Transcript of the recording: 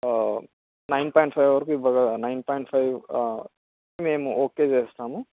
nine point five వరకు ఇవ్వగ nine point five మేము ఓకే చేస్తాము